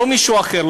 לא מישהו אחר,